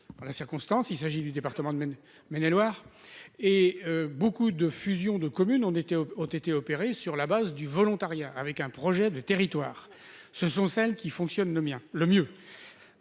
en la circonstance, il s'agit du département de Maine-et-Loire et beaucoup de fusions de communes on était ont été opéré sur la base du volontariat, avec un projet de territoire, ce sont celles qui fonctionnent le mien